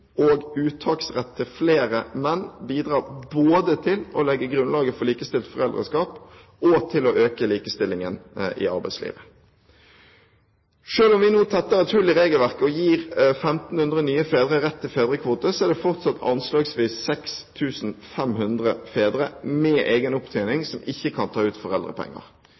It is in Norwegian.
og uttaksrett for flere menn bidrar både til å legge grunnlaget for likestilt foreldreskap og til å øke likestillingen i arbeidslivet. Selv om vi nå tetter et hull i regelverket og gir 1 500 nye fedre rett til fedrekvote, er det fortsatt anslagsvis 6 500 fedre med egen opptjening som ikke kan ta ut foreldrepenger.